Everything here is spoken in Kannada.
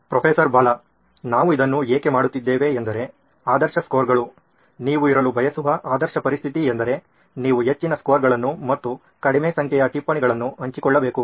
ಪ್ರೊಫೆಸರ್ ಬಾಲಾ ನಾವು ಇದನ್ನು ಏಕೆ ಮಾಡುತ್ತಿದ್ದೇವೆಂದರೆ ಆದರ್ಶ ಸ್ಕೋರ್ಗಳು ನೀವು ಇರಲು ಬಯಸುವ ಆದರ್ಶ ಪರಿಸ್ಥಿತಿ ಎಂದರೆ ನೀವು ಹೆಚ್ಚಿನ ಸ್ಕೋರ್ಗಳನ್ನು ಮತ್ತು ಕಡಿಮೆ ಸಂಖ್ಯೆಯ ಟಿಪ್ಪಣಿಗಳನ್ನು ಹಂಚಿಕೊಳ್ಳಬೇಕು